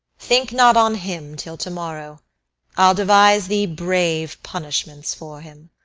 think not on him till to-morrow i'll devise thee brave punishments for him.